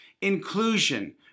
inclusion